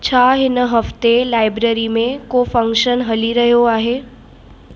छा हिन हफ़्ते लाइब्रेरी में को फंक्शन हली रहियो आहे